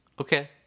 okay